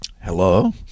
Hello